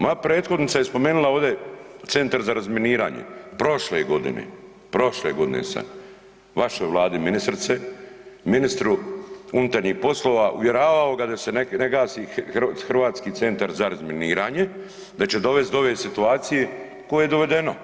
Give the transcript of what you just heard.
Moja prethodnica je spomenula ovdje centar za razminiranje, prošle godine, prošle godine sam vašoj Vladi ministrice, ministru unutarnjih poslova uvjeravao ga da se ne gasi Hrvatski centar za razminiranje, da će dovest do ove situacije koje je dovedeno,